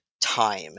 time